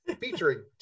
Featuring